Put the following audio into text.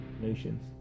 nations